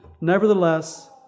nevertheless